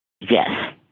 Yes